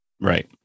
Right